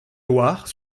loire